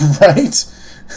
Right